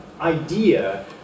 idea